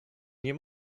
nie